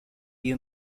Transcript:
you